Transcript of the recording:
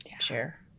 share